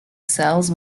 cells